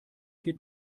geht